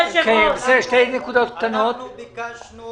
אנחנו ביקשנו